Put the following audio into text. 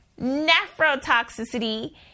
nephrotoxicity